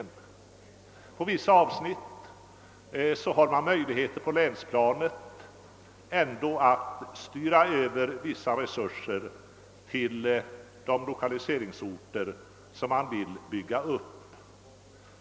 I en del fall har man ändå på länsplanet möjligheter att överföra vissa resurser till de lokaliseringsorter som man vill stödja.